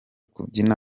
kubyinana